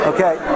Okay